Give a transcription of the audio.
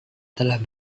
telah